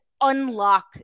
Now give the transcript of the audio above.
unlock